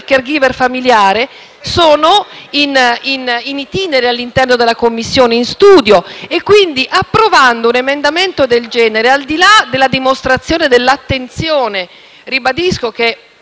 del *caregiver* familiare sono *in itinere* all'interno della Commissione, sono allo studio. Quindi, approvando un emendamento del genere, al di là della dimostrazione dell'attenzione, che - ribadisco -